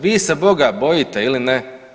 Vi se Boga bojite ili ne?